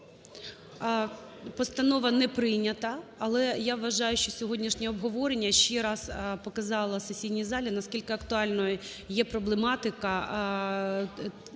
Постанова не прийнята. Але я вважаю, що сьогоднішнє обговорення ще раз показало сесійній залі, наскільки актуальною є проблематика проблем,